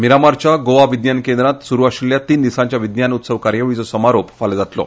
मिरामारच्या गोवा विज्ञान केंद्रांत सुरू आशिल्ल्या तीन दिसांच्या विज्ञान उत्सव कार्यावळींचो समारोप फाल्यां जातलो